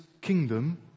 kingdom